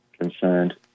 concerned